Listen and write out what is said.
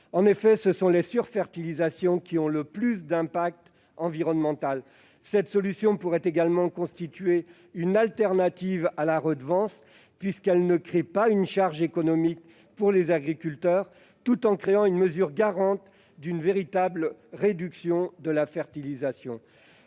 En effet, ce sont les surfertilisations qui ont le plus d'impact environnemental. Cette solution pourrait également constituer une alternative à la redevance, puisqu'elle ne crée pas de charge économique pour les agriculteurs, mais met en oeuvre une mesure garante d'une véritable réduction de la fertilisation.